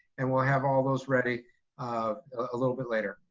and we'll have all those ready um a little bit later.